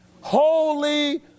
holy